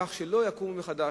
כך שלא יקום מחדש".